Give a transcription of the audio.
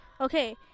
Okay